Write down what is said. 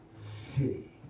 city